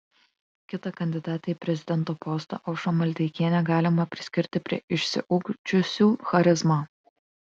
kitą kandidatę į prezidento postą aušrą maldeikienę galima priskirti prie išsiugdžiusių charizmą